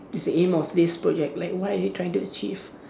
is the aim of this project like why are you trying to achieve